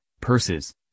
Purses